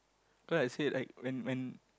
so I said like when when